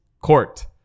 court